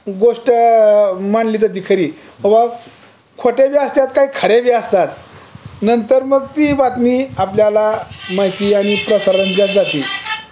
गोष्ट मानली जाते खरी व खोट्याबी असत्याात काही खऱ्याबी असतात नंतर मग ती बातमी आपल्याला माहिती आणि प्रसारण द्या जातील